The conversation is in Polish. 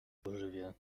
pożywię